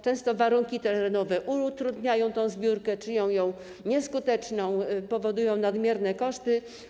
Często warunki terenowe utrudniają zbiórkę, czynią ją nieskuteczną, powodują nadmierne koszty.